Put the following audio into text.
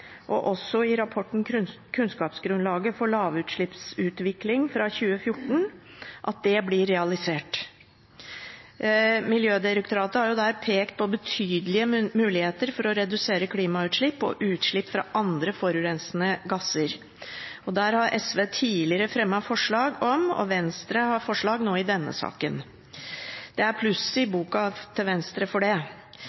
og i rapporten «Kunnskapsgrunnlag for lavutslippsutvikling» fra 2014, blir realisert. Miljødirektoratet har der pekt på betydelige muligheter for å redusere klimautslipp og utslipp fra andre forurensende gasser, og der har SV tidligere fremmet forslag, og Venstre har fremmet forslag nå i denne saken. Pluss i boka til Venstre for det! Det er